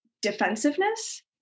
defensiveness